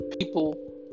people